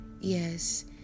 yes